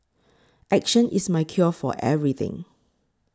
action is my cure for everything